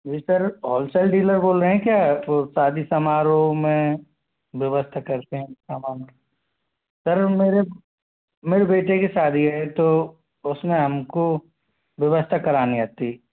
नहीं sir wholesale dealer बोल रहे हैं क्या वो शादी समारोह में व्यवस्था करते हैं समान सर मेरे मेरे बेटे की शादी है तो उसमें हमको व्यवस्था करानी थी